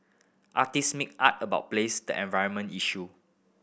artist make art about place the environment issue